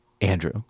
Andrew